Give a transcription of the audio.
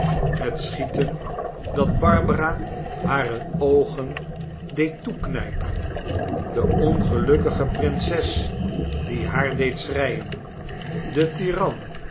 het schieten dat barbara hare oogen deed toeknijpen de ongelukkige prinses die haar deed schreien de